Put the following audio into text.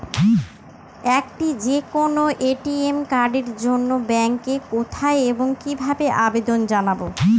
একটি যে কোনো এ.টি.এম কার্ডের জন্য ব্যাংকে কোথায় এবং কিভাবে আবেদন জানাব?